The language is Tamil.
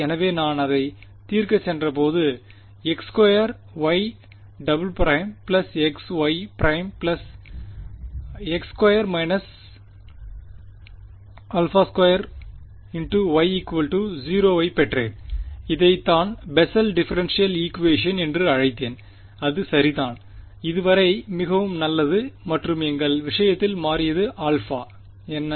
எனவேநான் அதை தீர்க்க சென்ற பொது x2y′′ xy′ x2 − α2y 0 ஐ பெற்றேன் இதை தான் பெசல் டிஃபரென்ஷியல் ஈக்குவேஷன் என்று அழைத்தேன் அது சரிதான் இதுவரை மிகவும் நல்லது மற்றும் எங்கள் விஷயத்தில் மாறியது α என்ன